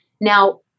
Now